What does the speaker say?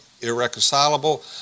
irreconcilable